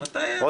מתי היה הסיכום?